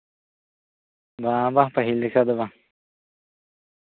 ᱵᱟᱝ ᱵᱟᱝ ᱯᱟᱹᱦᱤᱞ ᱞᱮᱠᱟ ᱫᱚ ᱵᱟᱝ